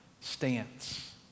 stance